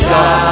God